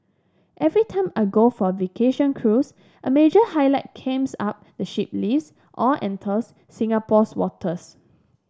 every time I go for a vacation cruise a major highlight came out the ship leaves or enters Singapore's waters